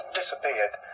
disappeared